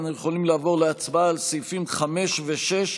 אנחנו יכולים לעבור להצבעה על סעיפים 5 ו-6,